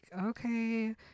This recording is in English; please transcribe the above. okay